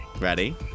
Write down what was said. Ready